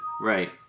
Right